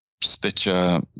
stitcher